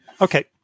Okay